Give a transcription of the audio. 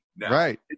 Right